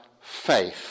faith